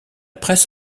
presse